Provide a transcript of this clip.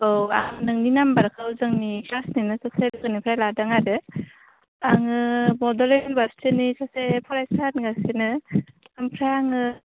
औ आं नोंनि नाम्बारखौ जोंनि क्लासनिनो सासे लोगोनिफ्राय लादों आरो आङो बड'लेण्ड इउनिभारसिटीनि सासे फरायसा होनगासिनो ओमफ्राय आङो